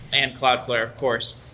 and cloudflare of course.